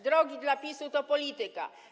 Drogi dla PiS to polityka.